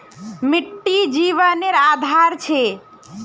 मिटटी जिवानेर आधार छे